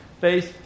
face